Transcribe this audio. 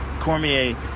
Cormier